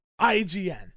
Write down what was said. IGN